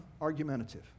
argumentative